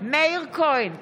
מאיר כהן,